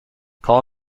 call